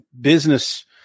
business